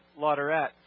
Lauderette